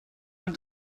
man